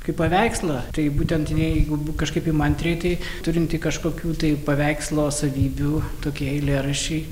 kaip paveikslą tai būtent jeigu kažkaip įmantriai tai turint kažkokių tai paveikslo savybių tokie eilėraščiai